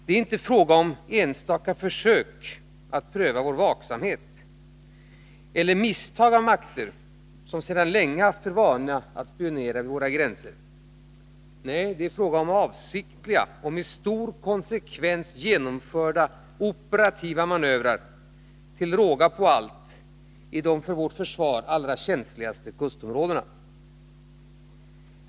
Det är inte fråga om enstaka försök att pröva den svenska vaksamheten eller misstag av makter som sedan länge haft för vana att spionera vid våra gränser. Nej, det är fråga om avsiktliga och med stor konsekvens genomförda operativa manövrar — till råga på allt i de för vårt försvar allra känsligaste kustområdena.